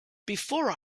before